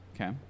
Okay